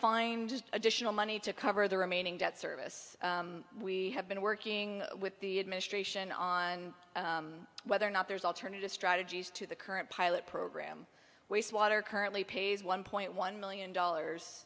find just additional money to cover the remaining debt service we have been working with the administration on whether or not there's alternative strategies to the current pilot program wastewater currently pays one point one million dollars